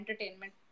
entertainment